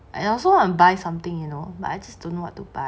and also want to buy something you know but I just don't know what to buy